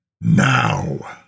Now